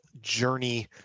journey